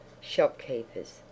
shopkeepers